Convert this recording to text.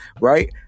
Right